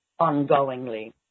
ongoingly